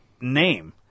name